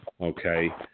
okay